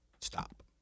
stop